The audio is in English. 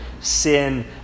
sin